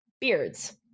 beards